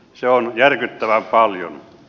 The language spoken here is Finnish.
se on järkyttävän paljon